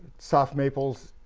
soft maples,